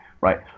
right